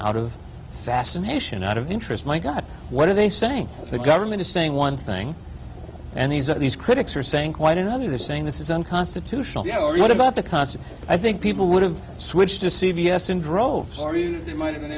out of fascination out of interest my god what are they saying the government is saying one thing and these are these critics are saying quite another they're saying this is unconstitutional what about the concept i think people would have switched to c v s in droves there might have been